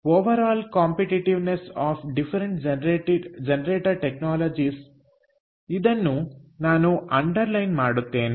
overall competitiveness of different generator technologies ಇದನ್ನು ನಾನು underline ಮಾಡುತ್ತೇನೆ